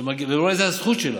ואולי זו הזכות שלה,